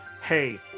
hey